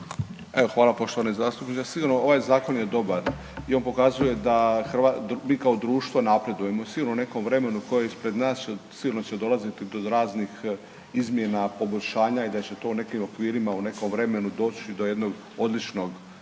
hvala poštovani zastupniče, sigurno ovaj zakon je dobar i on pokazuje da mi kao društvo napredujemo. Sigurno u nekom vremenu koje je ispred nas, sigurno će dolaziti do raznih izmjena, poboljšanja i da će to u nekim okvirima u nekom vremenu doći do jednog odličnog zakona.